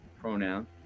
pronoun